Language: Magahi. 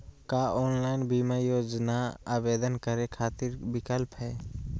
का ऑनलाइन बीमा योजना आवेदन करै खातिर विक्लप हई?